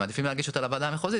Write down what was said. מעדיפים להגיש אותה לוועדה המחוזית